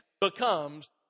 becomes